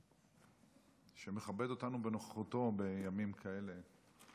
שמכבד אותנו בנוכחותו בימים כאלה.